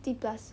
fifty plus